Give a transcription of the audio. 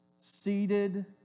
seated